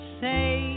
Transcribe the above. say